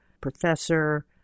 professor